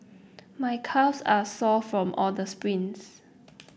my calves are sore from all the sprints